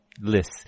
list